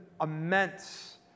immense